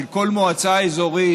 שכל מועצה אזורית,